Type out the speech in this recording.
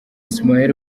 ismail